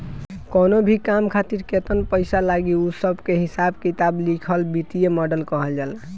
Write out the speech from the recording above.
कवनो भी काम खातिर केतन पईसा लागी उ सब के हिसाब किताब लिखल वित्तीय मॉडल कहल जाला